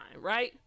right